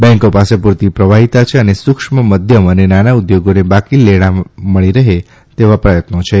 બેન્કો પાસે પૂરતી પ્રવાફીતા છે અને સુક્ષ્મ મધ્યમ અને નાના ઉદ્યોગોને બાકી લેણા મળી રહે તેવા પ્રયત્નો છે